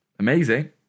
amazing